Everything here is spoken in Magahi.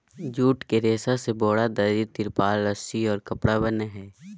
जूट के रेशा से बोरा, दरी, तिरपाल, रस्सि और कपड़ा बनय हइ